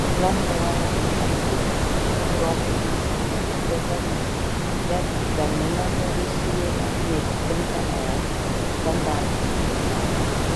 planuojama atplukdyti europoje įsigytų degalų nes gaminami rusijoje neatitinka es standartų